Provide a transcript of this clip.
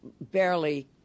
barely